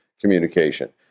communication